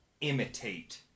imitate